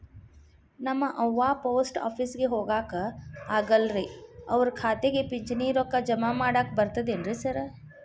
ನಮ್ ಅವ್ವ ಪೋಸ್ಟ್ ಆಫೇಸಿಗೆ ಹೋಗಾಕ ಆಗಲ್ರಿ ಅವ್ರ್ ಖಾತೆಗೆ ಪಿಂಚಣಿ ರೊಕ್ಕ ಜಮಾ ಮಾಡಾಕ ಬರ್ತಾದೇನ್ರಿ ಸಾರ್?